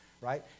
Right